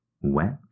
wet